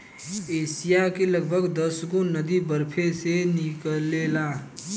Asia के लगभग दसगो नदी बरफे से निकलेला